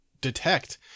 detect